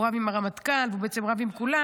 רב עם הרמטכ"ל ובעצם הוא רב עם כולם,